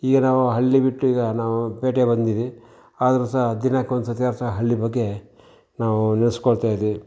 ಈಗ ನಾವು ಹಳ್ಳಿ ಬಿಟ್ಟು ಈಗ ನಾವು ಪೇಟೆಗೆ ಬಂದಿದ್ದೀವಿ ಆದರೂ ಸಹ ದಿನಕ್ಕೊಂದ್ಸರ್ತಿಯಾದರೂ ಸಹ ಹಳ್ಳಿ ಬಗ್ಗೆ ನಾವು ನೆನೆಸ್ಕೊಳ್ತಾಯಿದ್ದೀವಿ